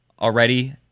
already